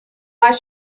should